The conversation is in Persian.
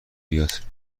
بیاد